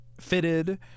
fitted